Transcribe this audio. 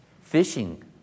Fishing